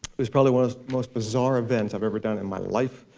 it was probably one of the most bizarre events i've ever done in my life.